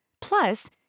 Plus